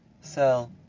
sell